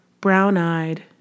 brown-eyed